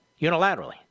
Unilaterally